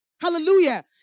Hallelujah